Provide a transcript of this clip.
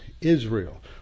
Israel